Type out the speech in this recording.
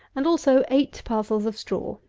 and also eight parcels of straw,